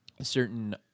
certain